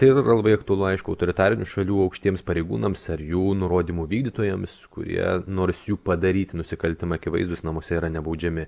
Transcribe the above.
tai yra labai aktualu aišku autoritarinių šalių aukštiems pareigūnams ar jų nurodymų vykdytojams kurie nors jų padaryti nusikaltimai akivaizdūs namuose yra nebaudžiami